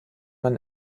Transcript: man